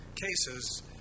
cases